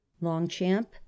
Longchamp